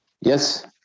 Yes